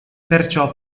perciò